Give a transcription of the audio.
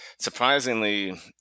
surprisingly